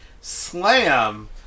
slam